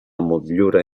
motllura